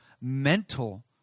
mental